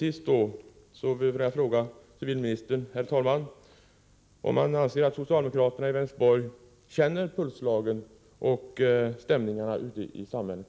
Till sist vill jag fråga civilministern om han anser att socialdemokraterna i Vänersborg känner pulsslagen och stämningarna ute i samhället.